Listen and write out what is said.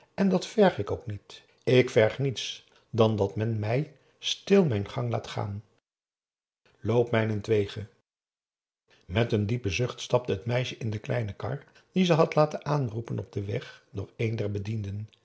en dat verg ik ook niet ik verg niets dan dat men mij stil mijn gang laat gaan loop mijnentwege met een diepe zucht stapte het meisje in de kleine kar die ze had laten aanroepen op den weg door een der bedienden